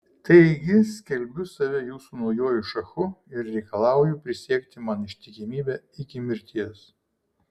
taigi skelbiu save jūsų naujuoju šachu ir reikalauju prisiekti man ištikimybę iki mirties